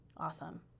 Awesome